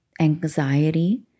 anxiety